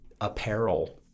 apparel